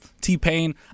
t-pain